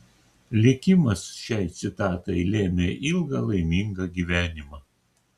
likimas šiai citatai lėmė ilgą laimingą gyvenimą